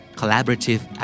collaborative